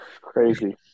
Crazy